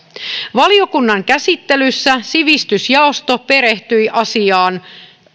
valiokunnan käsittelyssä sivistysjaosto perehtyi asiaan